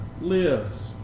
lives